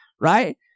right